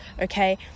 okay